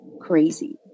crazy